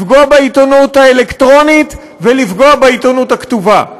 לפגוע בעיתונות האלקטרונית ולפגוע בעיתונות הכתובה,